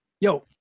Yo